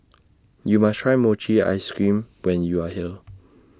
YOU must Try Mochi Ice Cream when YOU Are here